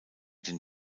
den